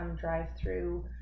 drive-through